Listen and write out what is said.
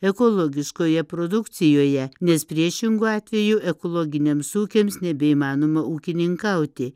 ekologiškoje produkcijoje nes priešingu atveju ekologiniams ūkiams nebeįmanoma ūkininkauti